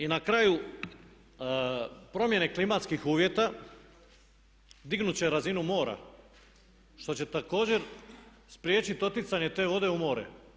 I na kraju promjene klimatskih uvjeta dignut će razinu mora što će također spriječit oticanje te vode u more.